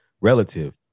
relative